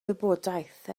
wybodaeth